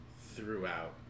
throughout